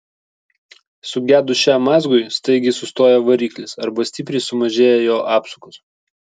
sugedus šiam mazgui staigiai sustoja variklis arba stipriai sumažėja jo apsukos